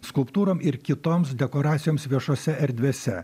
skulptūrom ir kitoms dekoracijoms viešose erdvėse